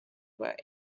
but